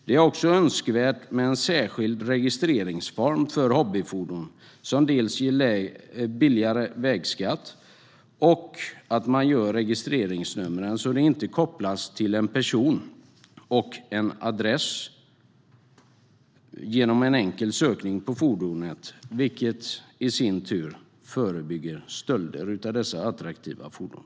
Det är också önskvärt med en särskild registreringsform för hobbyfordon som dels ger billigare vägskatt, dels gör att registreringsnumret inte kan kopplas till en person och en adress genom en enkel sökning på fordonet, vilket i sin tur förebygger stölder av dessa attraktiva fordon.